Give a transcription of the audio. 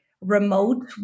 remote